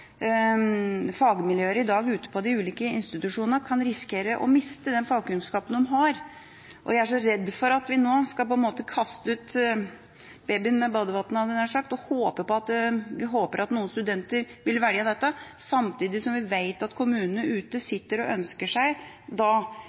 så redd for at vi nå på en måte skal kaste ut babyen med badevannet, hadde jeg nær sagt, og jeg håper at noen studenter vil velge dette. Samtidig vet vi at kommunene ute sitter og ønsker seg